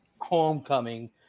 homecoming